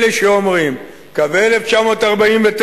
אלה שאומרים: קווי 49',